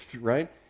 right